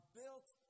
built